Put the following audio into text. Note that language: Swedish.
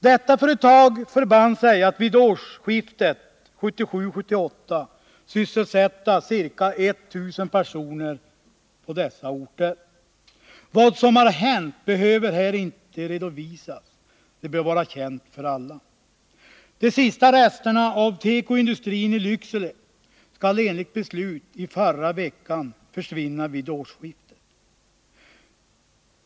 Detta företag förband sig att vid årsskiftet 1977-1978 sysselsätta ca 1 000 personer på dessa orter. Vad som har hänt behöver här inte redovisas — det bör vara känt för alla. De sista resterna av tekoindustrin i Lycksele skall enligt beslut i förra veckan försvinna vid årsskiftet.